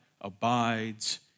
abides